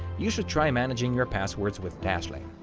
you should try managing your passwords with dashlane.